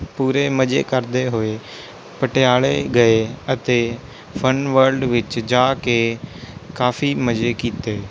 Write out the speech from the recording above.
ਪੂਰੇ ਮਜ਼ੇ ਕਰਦੇ ਹੋਏ ਪਟਿਆਲੇ ਗਏ ਅਤੇ ਫਨ ਵਰਲਡ ਵਿਚ ਜਾ ਕੇ ਕਾਫੀ ਮਜ਼ੇ ਕੀਤੇ